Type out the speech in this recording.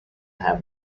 has